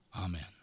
Amen